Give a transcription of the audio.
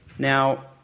Now